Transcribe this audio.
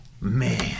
Man